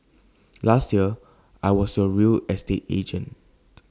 last year I was your real estate agent